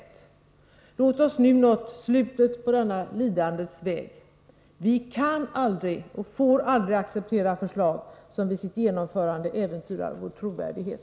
Låt oss hoppas att vi nu ha nått slutet på denna lidandets väg. Vi kan aldrig och får aldrig acceptera förslag som vid ett genomförande äventyrar vår trovärdighet!